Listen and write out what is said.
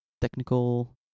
technical